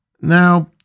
Now—